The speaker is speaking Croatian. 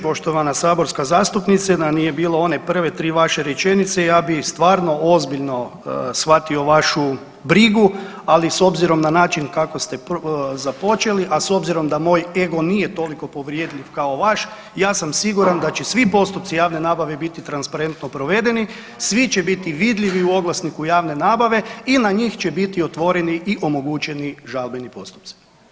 Poštovana saborska zastupnice, da nije bilo one prve 3 vaše rečenice ja bi stvarno ozbiljno shvatio vašu brigu, ali s obzirom na način kako ste započeli, a s obzirom da moj ego nije toliko povredljiv kao vaš ja sam siguran da će svi postupci javne nabave biti transparentno provedeni, svi će biti vidljivi u oglasniku javne nabave i na njih će biti otvoreni i omogućeni žalbeni postupci.